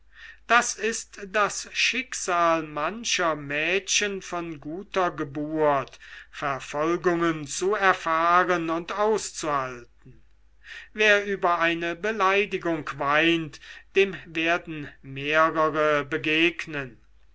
das ist das schicksal mancher mädchen von guter geburt verfolgungen zu erfahren und auszuhalten wer über eine beleidigung weint dem werden mehrere begegnen